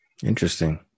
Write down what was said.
Interesting